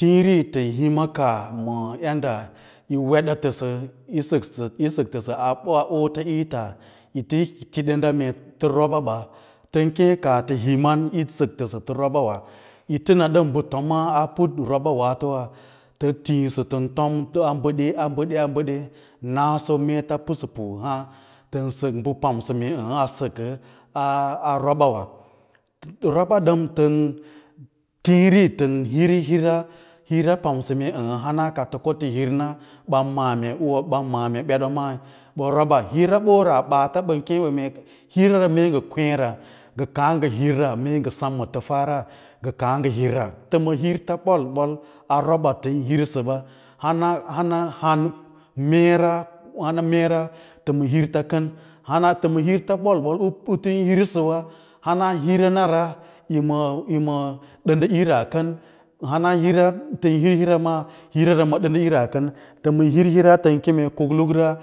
Tii r itan hima kkah yi weda təsə mba nyi sak təsə a boots its yita ti danda mee ta roba sa tan kee ta himan yisak təsə ta roba wa, yita na ɗam baba tomaa a putwaato robawa tə thisa tan tima bədee-a bəde naso meets pnsapuwa tan sak ba pawa aa a sako a roba wa roba tamtam tiiri tan hir hira, an hira pamsa mee ka tə konta hir na, ban m’ǎ mee nwa ban ma’â mee ɓet ɓa maa naa robə hira sora baata ban kee mee hita kara mee nga kweera nga kaa girra mee semma tafara nga kaa nga hiwra ta ma hirta boi-ɓoi a roba tanhirsawa hana han meera wani meera to ma hira hira ra maa yima dandalira kan tanma hir hira ra n kemre kukluka